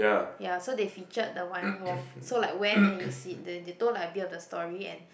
ya so they featured the Wayang-Wong so like where can you see it th~ they told like a bit of the story and